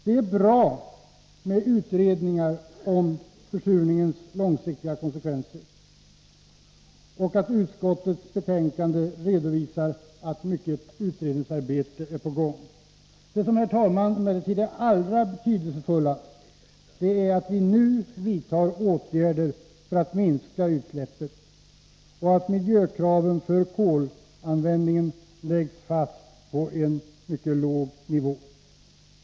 Det är bra med utredningar om försurningens långsiktiga konsekvenser, och det är bra att utskottets betänkande visar att mycket utredningsarbete är på gång. Det som är allra betydelsefullast, herr talman, är att vi nu vidtar åtgärder för att minska utsläppen, och att miljökraven för kolanvändningen läggs fast på en mycket låg nivå.